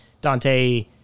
Dante